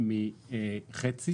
מחצי